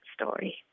story